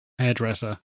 hairdresser